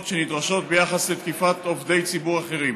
שנדרשות ביחס לתקיפת עובדי ציבור אחרים.